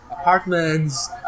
apartments